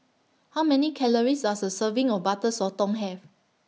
How Many Calories Does A Serving of Butter Sotong Have